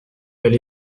elle